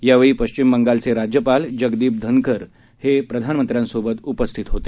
यावेळी पश्चिम बंगालचे राज्यपाल जगदीप धनखर हे ही प्रधानमंत्र्यांसोबत उपस्थित होते